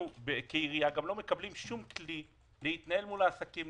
אנחנו כעירייה לא מקבלים שום כלי להתנהל מול העסקים,